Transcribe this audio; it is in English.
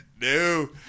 No